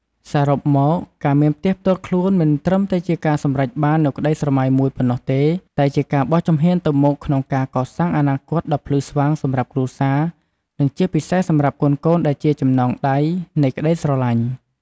សរុបមក ការមានផ្ទះផ្ទាល់ខ្លួនមិនត្រឹមតែជាការសម្រេចបាននូវក្តីស្រមៃមួយប៉ុណ្ណោះទេ តែជាការបោះជំហានទៅមុខក្នុងការកសាងអនាគតដ៏ភ្លឺស្វាងសម្រាប់គ្រួសារ និងជាពិសេសសម្រាប់កូនៗដែលជាចំណងដៃនៃក្តីស្រឡាញ់។